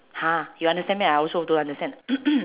!huh! you understand me I also don't understand